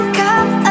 come